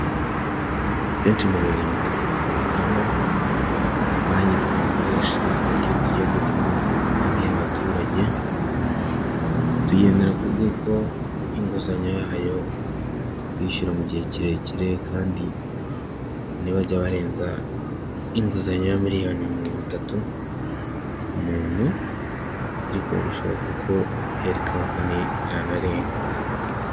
Akenshi mu buzima dukunda guhitamo banki twakoresha ariko iyo tugiye guhitamo banki y'abaturage tugendera ku bwoko bw'inguzanyo yayo, kwishyura mu gihe kirekire kandi ntibajya barenza inguzanyo ya miliyoni mirongo itatu ku muntu ariko bishoboka ko iyo ari kampani yanarenga.